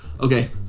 Okay